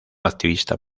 activista